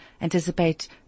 anticipate